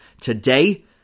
today